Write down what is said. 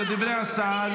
אלה דברי השר.